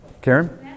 Karen